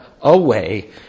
away